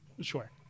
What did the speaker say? Sure